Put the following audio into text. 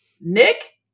Nick